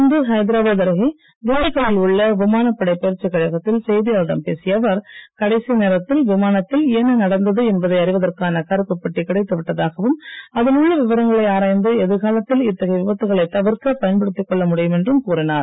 இன்று ஐதராபாத் அருகே துண்டிகலில் உள்ள விமானப்படை பயிற்சிக் கழகத்தில் செய்தியாளர்களிடம் பேசிய அவர் கடைசி நேரத்தில் விமானத்தில் என்ன நடந்தது என்பதை அறிவதற்கான கருப்புப் பெட்டி கிடைத்து விட்டதாகவும் அதில் உள்ள விவரங்களை ஆராய்ந்து எதிர்காலத்தில் இத்தகைய விபத்துகளை தவிர்க்கப் பயன்படுத்திக் கொள்ள முடியும் என்றும் கூறினார்